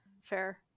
Fair